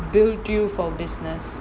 build you for business